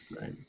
right